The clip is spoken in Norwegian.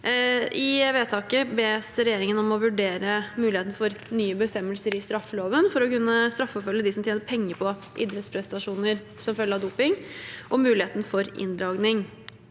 I vedtaket bes regjeringen om å vurdere muligheten for nye bestemmelser i straffeloven for å kunne straffeforfølge dem som tjener penger på idrettsprestasjoner som følge av doping, og muligheten for inndragning.